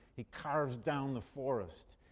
he carves down the forest,